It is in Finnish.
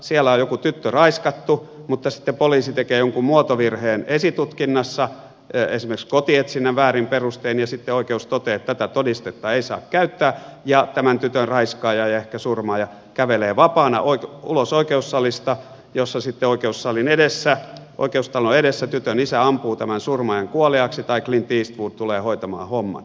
siellä on joku tyttö raiskattu mutta sitten poliisi tekee jonkun muotovirheen esitutkinnassa esimerkiksi kotietsinnän väärin perustein ja sitten oikeus toteaa että tätä todistetta ei saa käyttää ja tämän tytön raiskaaja ja ehkä surmaaja kävelee vapaana ulos oikeusalista ja sitten oikeustalon edessä tytön isä ampuu tämän surmaajan kuoliaaksi tai clint eastwood tulee hoitamaan homman